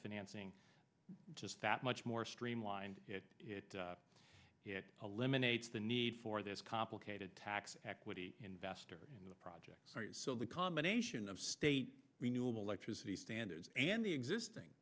financing just that much more streamlined it a lemonade the need for this complicated tax equity investor in the project so the combination of state renewable electricity standards and the existing